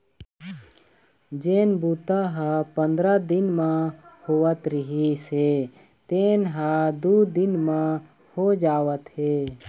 जेन बूता ह पंदरा दिन म होवत रिहिस हे तेन ह दू दिन म हो जावत हे